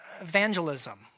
Evangelism